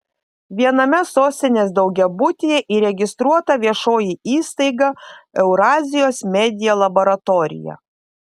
viename sostinės daugiabutyje įregistruota viešoji įstaiga eurazijos media laboratorija